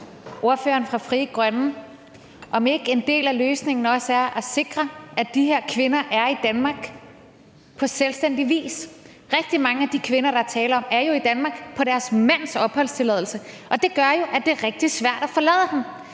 ordføreren fra Frie Grønne, om ikke en del af løsningen er at sikre, at de her kvinder er i Danmark på selvstændig vis. Rigtig mange af de kvinder, der er tale om, er i Danmark på deres mands opholdstilladelse, og det gør jo, at det er rigtig svært at forlade ham.